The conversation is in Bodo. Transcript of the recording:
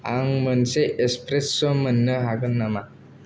आं मोनसे एसप्रेस' मोन्नो हागोन नामा